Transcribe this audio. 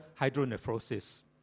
hydronephrosis